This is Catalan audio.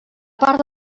part